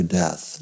death